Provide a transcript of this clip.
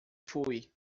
fui